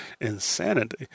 insanity